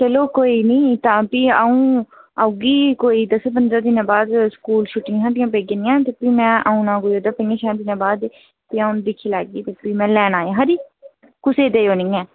चलो कोई नेईं तां फ्ही अ'ऊं औगी कोई दस्सें पदंरें दिनें बाद स्कूल छूट्टियां छट्टियां पेई जानियां फ्ही में औना कोई पं'जे छें दिनें बाद फ्ही अ'ऊं दिक्खी लैगी में लैना ऐ खरी कुसै गी देओ नेईं ऐ